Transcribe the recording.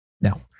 No